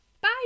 Bye